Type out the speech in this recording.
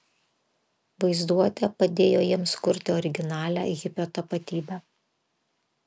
vaizduotė padėjo jiems kurti originalią hipio tapatybę